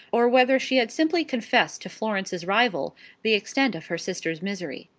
or whether she had simply confessed to florence's rival the extent of her sister's misery.